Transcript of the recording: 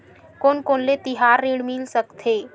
कोन कोन ले तिहार ऋण मिल सकथे?